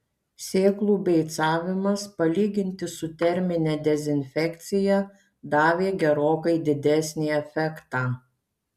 sėklų beicavimas palyginti su termine dezinfekcija davė gerokai didesnį efektą